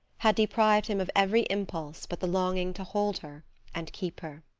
had deprived him of every impulse but the longing to hold her and keep her.